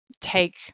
take